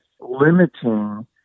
limiting